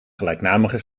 gelijknamige